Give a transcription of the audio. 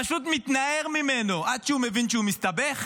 פשוט מתנער ממנו עד שהוא מבין שהוא מסתבך,